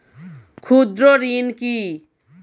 ক্ষুদ্র ঋণ কি?